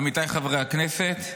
עמיתיי חברי הכנסת,